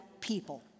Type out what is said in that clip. people